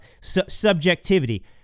subjectivity